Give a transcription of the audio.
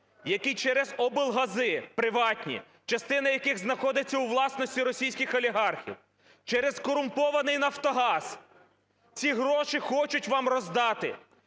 які через облгази приватні, частина яких знаходиться у власності російських олігархів, через корумпований "Нафтогаз" ці гроші хочуть вам роздати